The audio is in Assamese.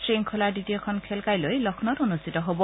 শৃংখলাৰ দ্বিতীয়খন খেল কাইলৈ লক্ষ্মৌত অনুষ্ঠিত হব